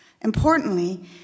Importantly